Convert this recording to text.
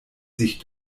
sich